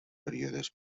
períodes